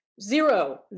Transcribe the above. Zero